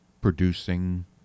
producing